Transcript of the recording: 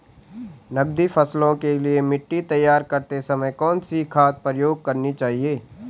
नकदी फसलों के लिए मिट्टी तैयार करते समय कौन सी खाद प्रयोग करनी चाहिए?